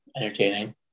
entertaining